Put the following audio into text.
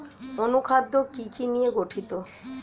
অনুখাদ্য কি কি নিয়ে গঠিত?